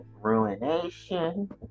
ruination